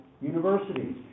universities